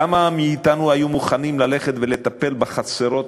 כמה מאתנו היו מוכנים ללכת ולטפל בחצרות